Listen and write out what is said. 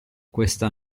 questa